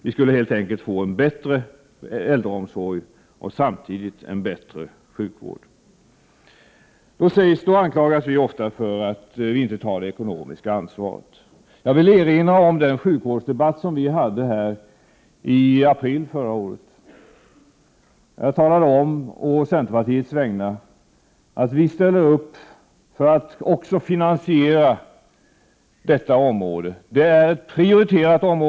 Vi skulle därmed helt enkelt få en bättre äldreomsorg och samtidigt en bättre sjukvård. Vi anklagas ofta för att inte ta ett ekonomiskt ansvar. Jag vill erinra om den sjukvårdsdebatt som fördes här i riksdagen i april förra året. På centerpartiets vägnar talade jag om att vi ställer upp på att finansiera också detta område som för oss är prioriterat.